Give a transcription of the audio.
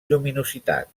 lluminositat